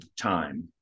time